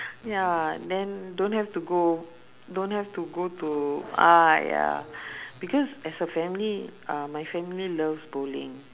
ya then don't have to go don't have to go to !aiya! because as a family uh my family loves bowling